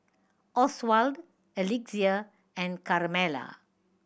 Oswald Alexia and Carmella